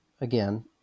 Again